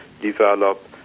develop